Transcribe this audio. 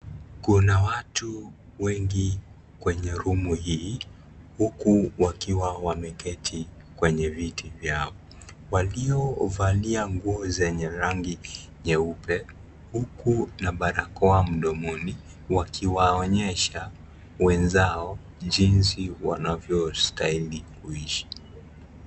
Kuna watu wengi kwenye room hii huku wakiwa wameketi kwenye viti vyao, waliovalia nguo zenye rangi nyeupe huku na barakoa mdomoni wakiwaonyesha wenzao jinsi wanastahili kuishi.